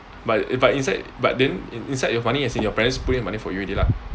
but it but inside but then inside you are funny as in your parents put in money for you already lah